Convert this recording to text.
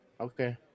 Okay